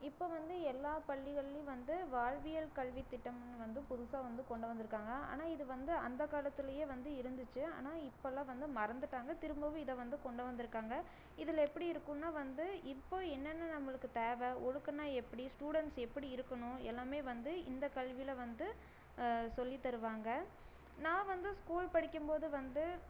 இப்போ வந்து எல்லா பள்ளிகள்லையும் வந்து வாழ்வியல் கல்வி திட்டங்கள்ன்னு வந்து புதுசாக வந்து கொண்டு வந்துயிருக்காங்க ஆனால் இது வந்து அந்த காலத்துலயே வந்து இருந்துச்சு ஆனால் இப்பெல்லாம் வந்து மறந்துவிட்டாங்க திரும்பவும் இதை வந்து கொண்டு வந்துயிருக்காங்க இதில் எப்படி இருக்குன்னா வந்து இப்போ என்னென்ன நம்மளுக்கு தேவை ஒழுக்கோன்னா எப்படி ஸ்டுடென்ட்ஸ் எப்படி இருக்கணும் எல்லாமே வந்து இந்த கல்வியில வந்து சொல்லித்தருவாங்க நான் வந்து ஸ்கூல் படிக்கும் போது வந்து